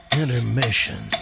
intermission